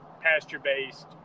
pasture-based